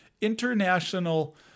international